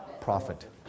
profit